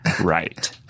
right